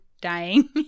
dying